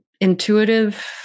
intuitive